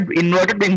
inverted